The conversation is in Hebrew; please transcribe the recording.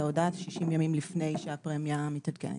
ההודעה על 60 ימים לפני שהפרמיה מתעדכנת.